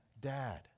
dad